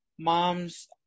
Moms